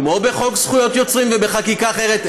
כמו בחוק זכויות יוצרים ובחקיקה אחרת,